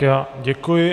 Já děkuji.